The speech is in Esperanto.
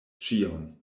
ĉion